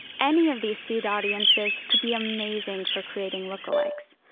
any of these seed audiences could be amazing for creating lookalikes.